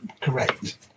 correct